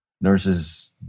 nurses